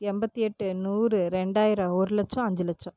எண்பத்தெட்டு நூறு ரெண்டாயிரம் ஒரு லட்சம் அஞ்சு லட்சம்